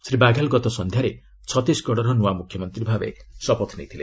ଶ୍ରୀ ବାଘେଲ ଗତ ସଂଧ୍ୟାରେ ଛତିଶଗଡର ନୂଆ ମୁଖ୍ୟମନ୍ତ୍ରୀ ଭାବେ ଶପଥ ନେଇଥିଲେ